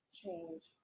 change